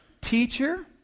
Teacher